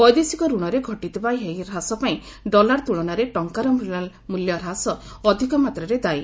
ବୈଦେଶିକ ଋଣରେ ଘଟିଥିବା ଏହି ହ୍ରାସ ପାଇଁ ଡଲାର ତୁଳନାରେ ଟଙ୍କାର ମୂଲ୍ୟ ହ୍ରାସ ଅଧିକ ମାତ୍ରାରେ ଦାୟୀ